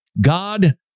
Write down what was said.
God